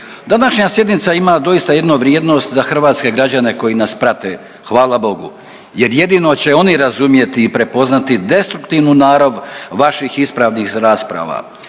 Današnja sjednica ima doista jednu vrijednost za hrvatske građane koji nas prate, hvala Bogu, jer jedino će oni razumjeti i prepoznati destruktivnu narav vaših ispravnih rasprava.